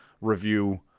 review